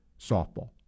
softball